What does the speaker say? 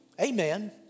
Amen